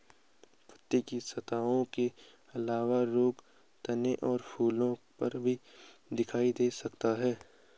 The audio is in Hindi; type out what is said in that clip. पत्ती की सतहों के अलावा रोग तने और फूलों पर भी दिखाई दे सकता है